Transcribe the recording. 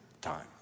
time